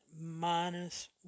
minus